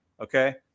Okay